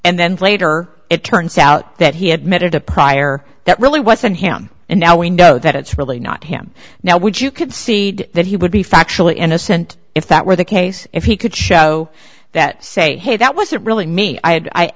and then later it turns out that he had met a prior that really wasn't him and now we know that it's really not him now would you concede that he would be factually innocent if that were the case if he could show that say hey that wasn't really me i